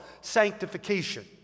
sanctification